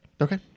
Okay